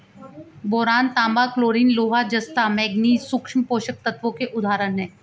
boron, तांबा, chlorine, लोहा, जस्ता, मैंगनीज सूक्ष्म पोषक तत्वों के उदाहरण हैं